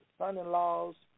son-in-laws